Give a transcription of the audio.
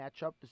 matchup